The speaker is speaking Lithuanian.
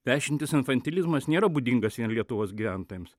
vešintis infantilizmas nėra būdingas vien lietuvos gyventojams